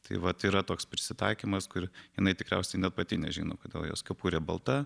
tai vat yra toks prisitaikymas kur jinai tikriausiai net pati nežino kodėl jos kepurė balta